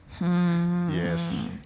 Yes